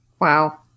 Wow